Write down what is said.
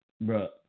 bro